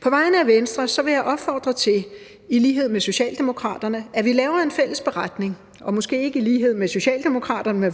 På vegne af Venstre vil jeg opfordre til, i lighed med Socialdemokraterne, at vi laver en fælles beretning, og vores forslag er, måske ikke i lighed med Socialdemokraterne,